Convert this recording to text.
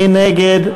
מי נגד?